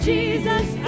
Jesus